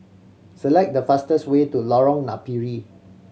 select the fastest way to Lorong Napiri